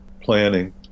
planning